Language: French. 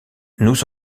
nous